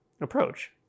approach